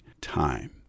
time